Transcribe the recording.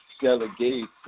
delegate